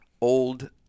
old